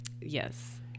Yes